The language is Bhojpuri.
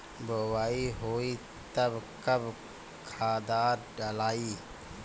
बोआई होई तब कब खादार डालाई?